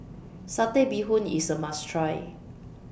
Satay Bee Hoon IS A must Try